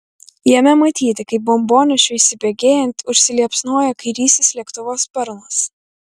jame matyti kaip bombonešiui įsibėgėjant užsiliepsnoja kairysis lėktuvo sparnas